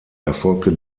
erfolgte